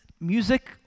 music